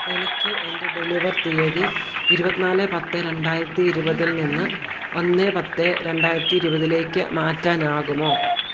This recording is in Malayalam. എനിക്ക് എന്റെ ഡെലിവർ തീയതി ഇരുപത്തിനാല് പത്ത് രണ്ടായിരത്തി ഇരുപതിൽ നിന്ന് ഒന്ന് പത്ത് രണ്ടായിരത്തി ഇരുപതിലേക്ക് മാറ്റാനാകുമോ